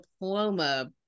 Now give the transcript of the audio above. diploma